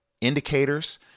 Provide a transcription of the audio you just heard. indicators